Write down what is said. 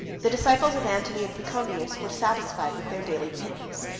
the disciples of antony and pachomius were satisfied with their daily pittance,